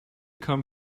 come